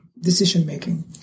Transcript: decision-making